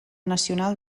nacional